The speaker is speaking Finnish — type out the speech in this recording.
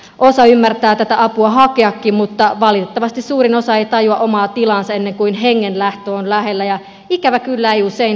osa ymmärtää tätä apua hakeakin mutta valitettavasti suurin osa ei tajua omaa tilaansa ennen kuin hengenlähtö on lähellä ja ikävä kyllä ei usein silloinkaan